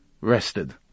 rested